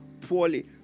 poorly